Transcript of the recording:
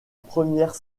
première